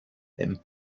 him